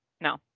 No